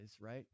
right